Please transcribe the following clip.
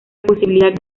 posibilidad